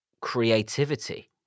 creativity